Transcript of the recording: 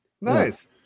Nice